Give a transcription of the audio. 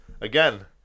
Again